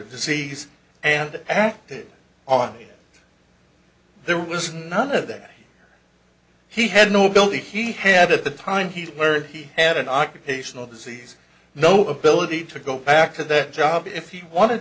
disease and act on there was none of that he had no ability he had at the time he heard he had an occupational disease no ability to go back to that job if he wanted